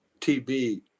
tb